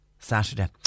Saturday